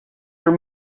your